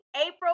April